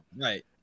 Right